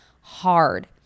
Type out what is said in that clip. hard